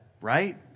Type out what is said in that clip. right